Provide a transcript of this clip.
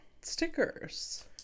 stickers